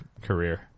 career